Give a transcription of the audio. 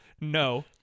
No